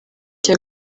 cya